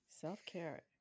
Self-care